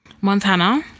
montana